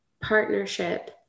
partnership